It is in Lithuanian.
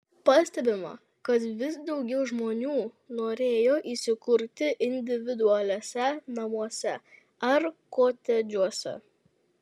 pastebima kad vis daugiau žmonių norėjo įsikurti individualiuose namuose ar kotedžuose